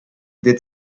did